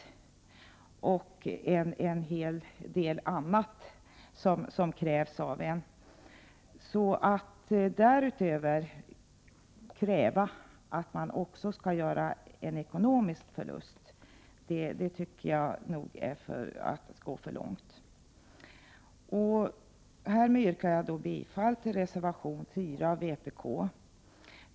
Det krävs också en hel del annat av en nämndeman. Att därutöver kräva att den som har ett sådant uppdrag skall göra en ekonomisk förlust är att gå för långt. Härmed yrkar jag bifall till reservation 4 av vpk.